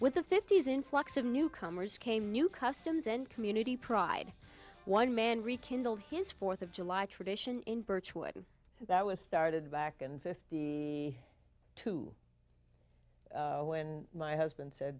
with the fifties influx of newcomers came new customs and community pride one man rekindled his fourth of july tradition in birchwood that was started back in fifty two when my husband said